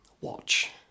watch